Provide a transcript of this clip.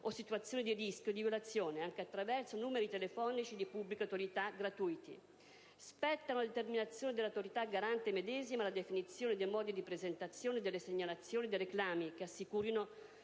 o situazioni di rischio di violazione, anche attraverso numeri telefonici di pubblica utilità gratuiti. Spetta a una determinazione dell'Autorità garante medesima la definizione dei modi di presentazione delle segnalazioni e dei reclami che assicurino